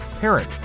parent